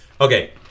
Okay